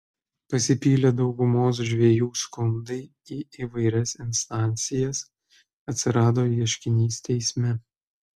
pasipylė daugumos žvejų skundai į įvairias instancijas atsirado ieškinys teisme